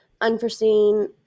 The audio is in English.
unforeseen